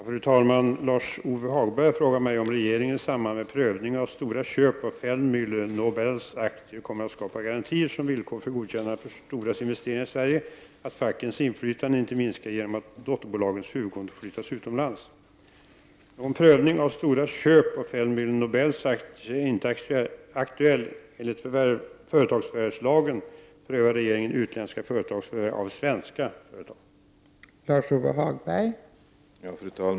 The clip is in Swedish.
Fru talman! Lars-Ove Hagberg har frågat mig om regeringen i samband med prövningen av Storas köp av Feldmähle Nobels aktier kommer att skapa garantier, som villkor för godkännande, för Storas investeringar i Sverige och att fackens inflytande inte minskar genom att dotterbolagens huvudkontor flyttas utomlands. Någon prövning av Storas köp av Feldmihle Nobels aktier är inte aktuell. Enligt företagsförvärvslagen prövar regeringen utländska företags förvärv av svenska företag.